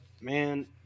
man